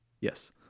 yes